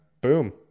boom